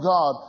God